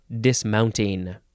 dismounting